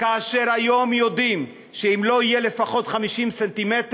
כאשר כיום יודעים שאם לא יהיו לפחות 50 ס"מ,